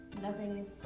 Nothing's